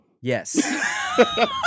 Yes